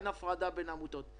אין הפרדה בין עמותות.